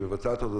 היא מבצעת אותו.